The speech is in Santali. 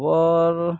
ᱠᱷᱚᱵᱚᱨ